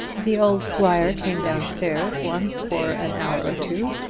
the old squire came down-stairs once for an hour or two,